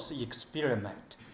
experiment